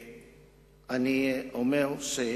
אני מאוד התרגשתי מהדברים שלך.